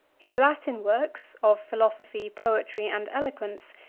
his latin works of philosophy, poetry, and eloquence,